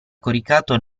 coricato